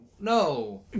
no